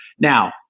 Now